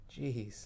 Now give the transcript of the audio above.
jeez